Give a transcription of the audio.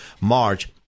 March